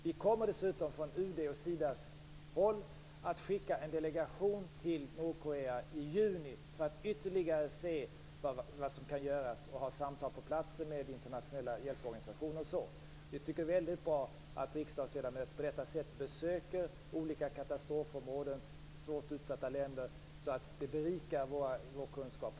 Vi kommer dessutom från UD och Sida att skicka en delegation till Nordkorea i juni för att ytterligare se vad som kan göras och ha samtal på platsen med bl.a. internationella hjälporganisationer. Vi tycker att det är väldigt bra att riksdagsledamöter på detta sätt besöker olika katastrofområden och svårt utsatta länder. Det berikar vår kunskap.